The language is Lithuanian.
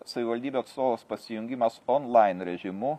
savivaldybių atstovas pasijungimas onlain režimu